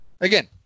Again